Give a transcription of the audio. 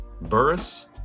Burris